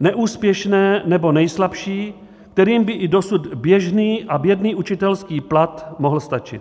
neúspěšné nebo nejslabší, kterým by i dosud běžný a bědný učitelský plat mohl stačit?